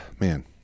Man